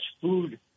food